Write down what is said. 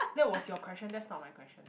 that was your question that's not my question